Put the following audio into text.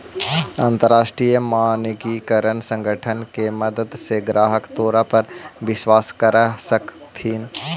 अंतरराष्ट्रीय मानकीकरण संगठन के मदद से ग्राहक तोरा पर विश्वास कर सकतथीन